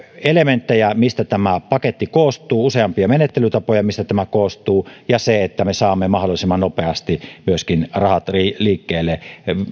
elementtejä mistä tämä paketti koostuu useampia menettelytapoja mistä tämä koostuu ja me saamme myöskin mahdollisimman nopeasti rahat liikkeelle